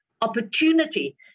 opportunity